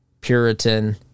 Puritan